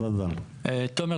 תומר,